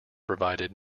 provided